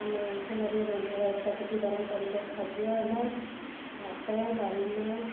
ଆମ ଅଞ୍ଚଳରେ ରନ୍ଧା ଯାଉଥିବା କିଛି ପାରମ୍ପରିକ ଖାଦ୍ୟ ହେଲା ଭାତ ଡାଲମା